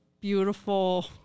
beautiful